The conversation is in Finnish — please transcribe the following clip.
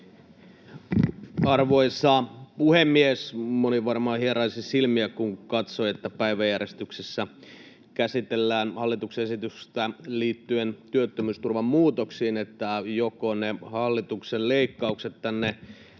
Arvoisa puhemies! Moni varmaan hieraisi silmiään, kun katsoi, että päiväjärjestyksessä käsitellään hallituksen esitystä liittyen työttömyysturvan muutoksiin, että joko ne hallituksen leikkaukset ovat